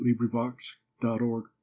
librivox.org